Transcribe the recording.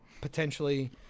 potentially